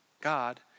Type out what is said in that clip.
God